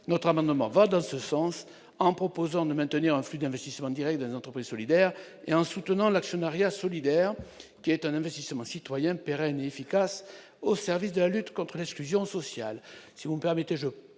Notre amendement va dans ce sens, en prévoyant de maintenir un flux d'investissement direct dans les entreprises solidaires et en soutenant l'actionnariat solidaire, qui est un investissement citoyen, pérenne et efficace au service de la lutte contre l'exclusion sociale.